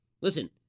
Listen